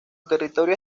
territorio